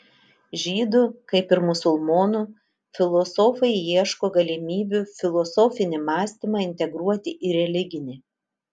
žydų kaip ir musulmonų filosofai ieško galimybių filosofinį mąstymą integruoti į religinį